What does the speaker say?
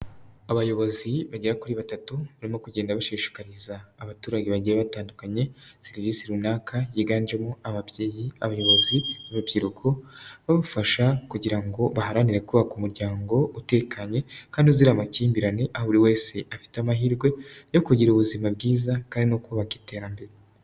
Abayobozi bagera kuri batatu barimo kugenda bashishikariza abaturage bagiye batandukanye serivisi runaka yiganjemo ababyeyi, abayobozi n'urubyiruko babafasha kugira ngo baharanire kubaka umuryango utekanye kandi uzira amakimbirane buri wese afite amahirwe yo kugira ubuzima bwiza kandi no kubaka iterambere.